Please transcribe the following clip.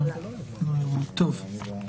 טוב.